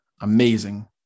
amazing